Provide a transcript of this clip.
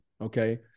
okay